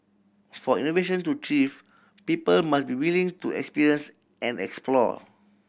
for innovation to thrive people must be willing to experience and explore